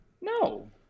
No